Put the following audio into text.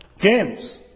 games